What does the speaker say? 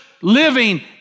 living